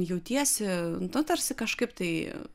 jautiesi nu tarsi kažkaip tai